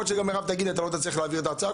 יכול להיות שמירב תגיד שלא נצליח להעביר את ההצעה,